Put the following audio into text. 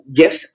yes